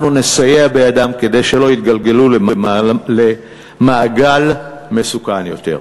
אנחנו נסייע בידם כדי שלא יתגלגלו למעגל מסוכן יותר.